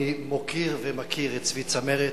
אני מוקיר ומכיר את צבי צמרת.